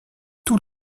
tous